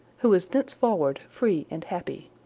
who was thenceforward free and happy.